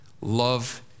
love